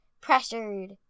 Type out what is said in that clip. pressured